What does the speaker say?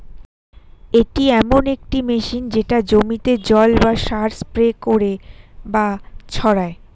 এটি এমন একটি মেশিন যেটা জমিতে জল বা সার স্প্রে করে বা ছড়ায়